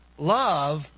Love